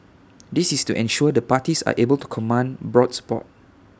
this is to ensure the parties are able to command broad support